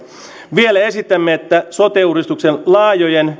vielä esitämme että sote uudistuksen laajojen